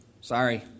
Sorry